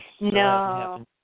No